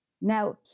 Now